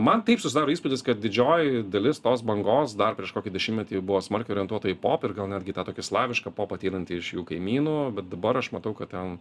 man taip susidaro įspūdis kad didžioji dalis tos bangos dar prieš kokį dešimtmetį buvo smarkiai orientuota į pop ir gal netgi į tą tokį slavišką pop ateinantį iš jų kaimynų bet dabar aš matau kad ten